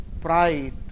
Pride